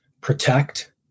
protect